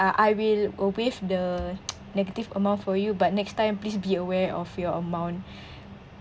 ah I will uh waive the negative amount for you but next time please be aware of your amount